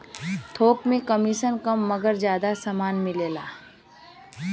थोक में कमिसन कम मगर जादा समान मिलेला